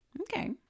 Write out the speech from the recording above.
Okay